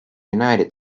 united